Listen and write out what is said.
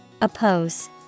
Oppose